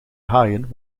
haaien